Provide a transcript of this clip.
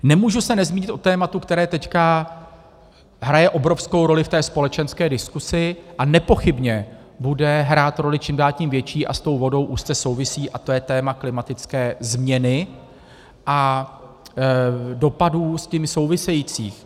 Nemůžu se nezmínit o tématu, které teď hraje obrovskou roli v té společenské diskusi a nepochybně bude hrát roli čím dál tím větší a s tou vodou úzce souvisí, a to je téma klimatické změny a dopadů s tím souvisejících.